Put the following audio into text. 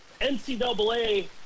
NCAA